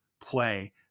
play